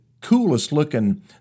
coolest-looking